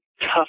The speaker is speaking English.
tough